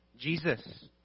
Jesus